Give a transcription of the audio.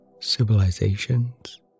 civilizations